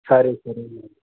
సరే సరేనండి